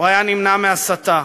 הוא היה נמנע מהסתה.